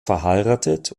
verheiratet